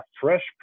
fresh